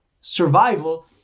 survival